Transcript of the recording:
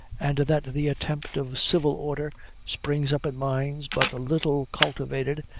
and that the contempt of civil order springs up in minds but little cultivated,